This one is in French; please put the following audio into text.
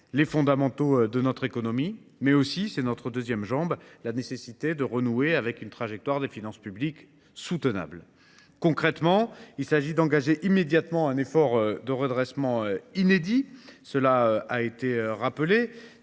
les fondamentaux de notre économie et, de l’autre, la nécessité de renouer avec une trajectoire des finances publiques soutenable. Concrètement, il s’agit d’engager immédiatement un effort de redressement inédit de nos finances